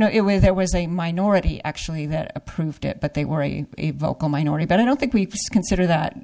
know it was there was a minority actually that approved it but they were a vocal minority but i don't think we consider that